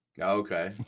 Okay